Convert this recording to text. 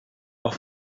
are